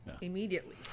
Immediately